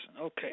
Okay